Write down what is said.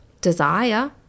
desire